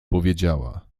powiedziała